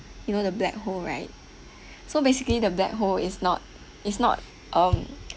you know the black hole right so basically the black hole is not is not um